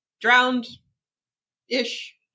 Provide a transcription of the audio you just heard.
drowned-ish